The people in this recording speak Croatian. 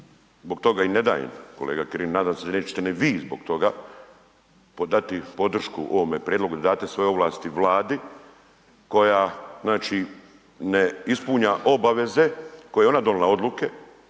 zbog toga i ne dajem, kolega Kirin, nadam se da nećete ni vi zbog toga dati podršku ovome prijedlogu, dati svoje ovlasti Vladi koja znači ne ispunjava obaveze koje je ona donijela odluke